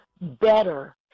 better